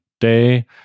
day